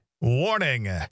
Warning